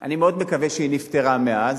אני מאוד מקווה שהיא נפתרה מאז,